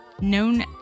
known